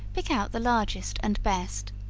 pick out the largest and best,